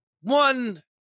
one